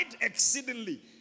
exceedingly